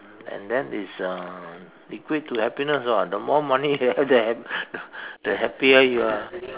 and then it's um equate to happiness [what] the more money you have the hap~ the happier you are